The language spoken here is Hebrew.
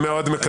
אני מאוד מקווה.